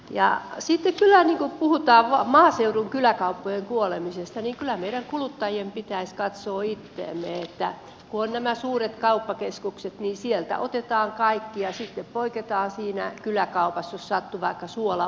sitten kun puhutaan maaseudun kyläkauppojen kuolemisesta niin kyllä meidän kuluttajien pitäisi katsoa itseemme että kun on nämä suuret kauppakeskukset niin sieltä otetaan kaikki ja sitten poiketaan siinä kyläkaupassa jos sattuu vaikka suola unohtumaan